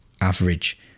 average